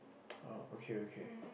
orh okay okay